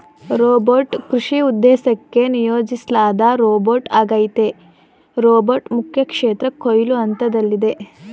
robot ಕೃಷಿ ಉದ್ದೇಶಕ್ಕೆ ನಿಯೋಜಿಸ್ಲಾದ ರೋಬೋಟ್ಆಗೈತೆ ರೋಬೋಟ್ ಮುಖ್ಯಕ್ಷೇತ್ರ ಕೊಯ್ಲು ಹಂತ್ದಲ್ಲಿದೆ